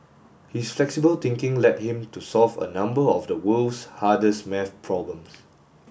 his flexible thinking led him to solve a number of the world's hardest maths problems